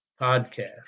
podcast